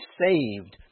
saved